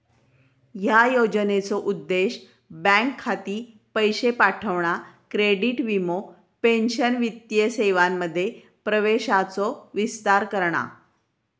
ह्या योजनेचो उद्देश बँक खाती, पैशे पाठवणा, क्रेडिट, वीमो, पेंशन वित्तीय सेवांमध्ये प्रवेशाचो विस्तार करणा